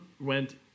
went